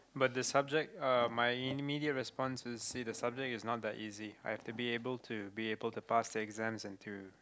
but the subject uh my immediate response is see the subject is not that easy I have to be able to be able to pass the exams and to